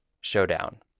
showdown